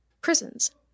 prisons